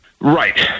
Right